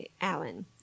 Alan